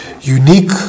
unique